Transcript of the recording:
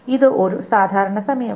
ഇത് ഒരു സാധാരണ സമയമാണ്